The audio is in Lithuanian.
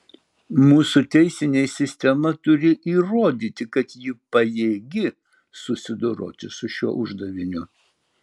mūsų teisinė sistema turi įrodyti kad ji pajėgi susidoroti su šiuo uždaviniu